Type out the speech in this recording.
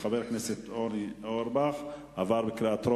שחבר הכנסת דוד רותם הצביע במקום גילה גמליאל בטעות,